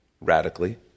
radically